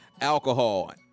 alcohol